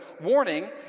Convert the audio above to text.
warning